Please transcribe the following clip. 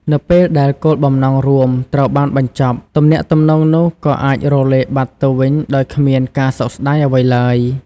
នៅពេលដែលគោលបំណងរួមត្រូវបានបញ្ចប់ ទំនាក់ទំនងនោះក៏អាចរលាយបាត់ទៅវិញដោយគ្មានការសោកស្តាយអ្វីឡើយ។